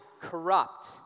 corrupt